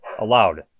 Allowed